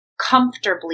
comfortably